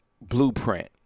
blueprint